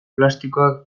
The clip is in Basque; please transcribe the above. plastikoak